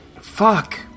Fuck